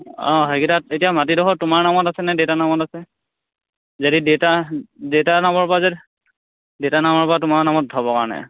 অঁ সেইকিটা এতিয়া মাটিডোখৰ তোমাৰ নামত আছে নে দেউতাৰ নামত আছে যদি দেউতাৰ দেউতাৰ নামৰ পৰা যদি দেউতাৰ নামৰ পৰা তোমাৰ নামত হ'ব মানে